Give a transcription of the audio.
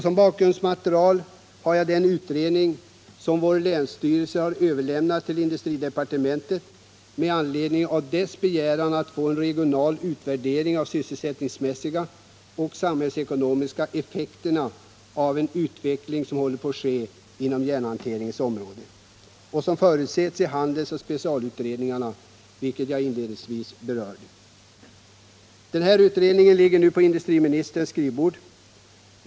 Som bakgrundsmaterial har jag då den utredning som vår länsstyrelse överlämnat till industridepartementet med anledning av departementets begäran att få en regional utvärdering av sysselsättningsmässiga och samhällsekonomiska effekter av den utveckling som håller på att ske inom järnhanteringens område och som förutses i handelsoch specialstålutredningarna, vilka jag inledningsvis berörde. Denna utredning ligger nu på industriministerns skrivbord.